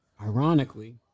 Ironically